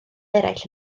eraill